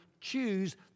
choose